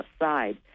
outside